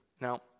Now